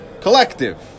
collective